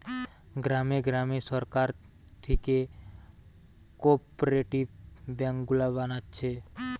গ্রামে গ্রামে সরকার থিকে কোপরেটিভ বেঙ্ক গুলা বানাচ্ছে